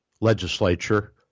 legislature